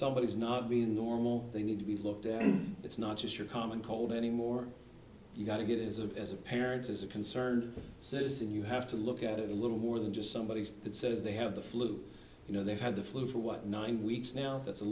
somebody is not being normal they need to be looked at and it's not just your common cold anymore you've got to get as a as a parent as a concerned citizen you have to look at it a little more than just somebody that says they have the flu you know they've had the flu for what nine weeks now that's a